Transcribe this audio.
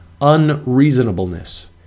unreasonableness